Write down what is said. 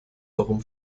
warum